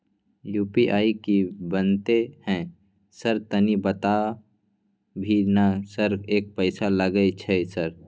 UPI की बनते है सर तनी बता भी ना सर एक पैसा लागे छै सर?